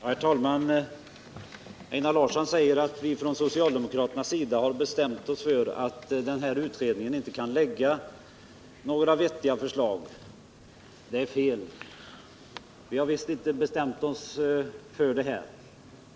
Herr talman! Einar Larsson säger att vi från socialdemokraternas sida har bestämt oss för att miljöoch naturresursutredningen inte kommer att kunna lägga fram några vettiga förslag. Det är fel. Vi har visst inte bestämt oss för något sådant.